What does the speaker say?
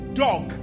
dog